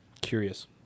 Curious